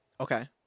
okay